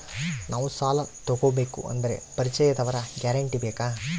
ನಾವು ಸಾಲ ತೋಗಬೇಕು ಅಂದರೆ ಪರಿಚಯದವರ ಗ್ಯಾರಂಟಿ ಬೇಕಾ?